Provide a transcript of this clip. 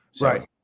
Right